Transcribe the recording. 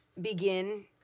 begin